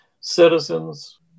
Citizens